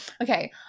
okay